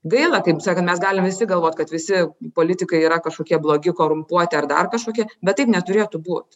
gaila taip sakant mes galim visi galvot kad visi politikai yra kažkokie blogi korumpuoti ar dar kažkokie bet taip neturėtų būt